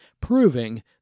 proving